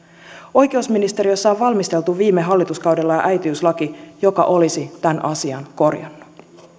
oikeusministeriössä on valmisteltu jo viime hallituskaudella äitiyslaki joka olisi tämän asian korjannut